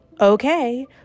okay